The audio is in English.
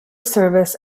service